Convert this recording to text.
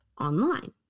online